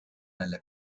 nelle